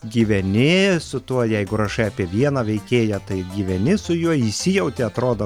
gyveni su tuo jeigu rašai apie vieną veikėją tai gyveni su juo įsijauti atrodo